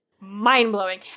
mind-blowing